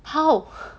how